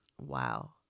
Wow